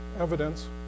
evidence